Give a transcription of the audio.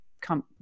come